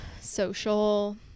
social